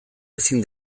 ezin